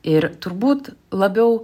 ir turbūt labiau